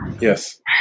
Yes